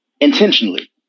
intentionally